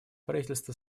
правительство